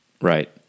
right